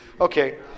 Okay